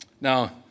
Now